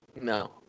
No